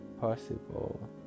possible